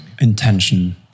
intention